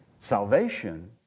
Salvation